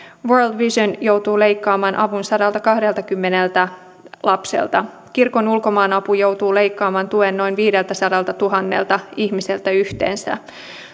world vision joutuu leikkaamaan avun sadaltakahdeltakymmeneltä lapselta kirkon ulkomaanapu joutuu leikkaamaan tuen noin viideltäsadaltatuhannelta ihmiseltä yhteensä